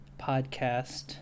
podcast